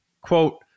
quote